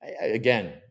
Again